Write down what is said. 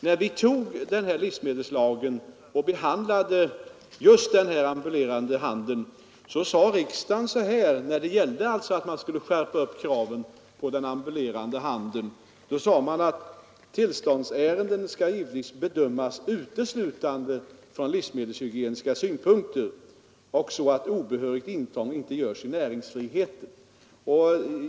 När vi antog livsmedelslagen och det gällde att skärpa kraven på den ambulerande handeln sade riksdagen, att tillståndsärenden skall givetvis bedömas uteslutande från livsmedelshygieniska synpunkter så att obehörigt intrång inte görs i näringsfriheten.